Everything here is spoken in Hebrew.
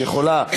את יכולה.